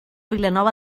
vilanova